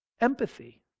Empathy